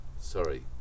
sorry